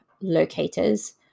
locators